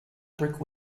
brick